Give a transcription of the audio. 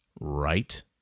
right